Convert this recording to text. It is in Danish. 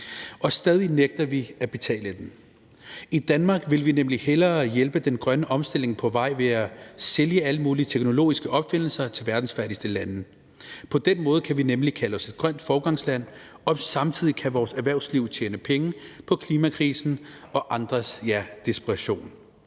Og stadig nægter vi at betale den. I Danmark vil vi nemlig hellere hjælpe den grønne omstilling på vej ved at sælge alle mulige teknologiske opfindelser til verdens fattigste lande. På den måde kan vi nemlig kalde os et grønt foregangsland, og samtidig kan vores erhvervsliv tjene penge på klimakrisen og andres, ja, desperation.